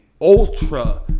ultra